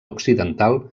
occidental